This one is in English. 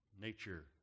nature